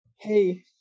hey